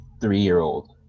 three-year-old